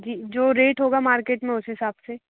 जी जो रेट होगा मार्केट में उस हिसाब से